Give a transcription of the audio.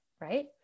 right